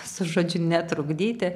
su žodžiu netrukdyti